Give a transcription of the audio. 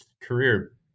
career